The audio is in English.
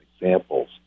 examples